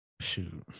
Shoot